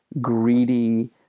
greedy